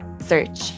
search